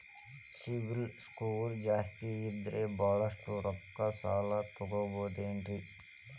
CIBIL score ಜಾಸ್ತಿ ಇದ್ರ ಬಹಳಷ್ಟು ರೊಕ್ಕ ಸಾಲ ತಗೋಬಹುದು ಏನ್ರಿ?